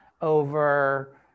over